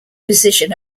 position